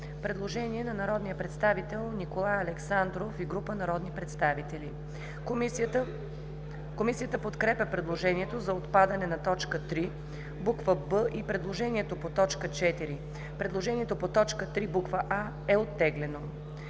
предложение на народния представител Николай Александров и група народни представители. Комисията подкрепя предложението за отпадане на т. 3, буква „б“ и предложението по т. 4. Предложението по т. 3, буква „а“ е оттеглено.